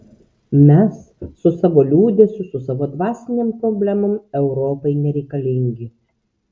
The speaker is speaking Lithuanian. mes su savo liūdesiu su savo dvasinėm problemom europai nereikalingi